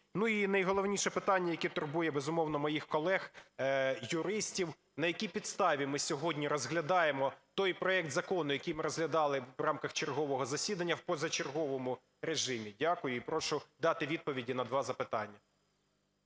І найголовніше питання, яке турбує, безумовно, моїх колег-юристів, на якій підставі ми сьогодні розглядаємо той проект закону, який ми розглядали в рамках чергового засідання в позачерговому режимі? Дякую. І прошу дати відповіді на два запитання.